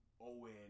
Owen